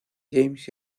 james